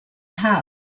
house